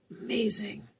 amazing